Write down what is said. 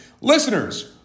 Listeners